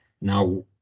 Now